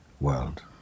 world